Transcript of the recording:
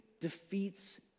defeats